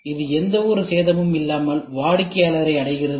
இது எந்தவொரு சேதமும் இல்லாமல் வாடிக்கையாளரை அடைகிறது